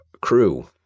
crew